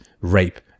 rape